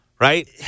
Right